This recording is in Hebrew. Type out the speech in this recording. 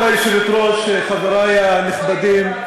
כבוד היושבת-ראש, חברי הנכבדים,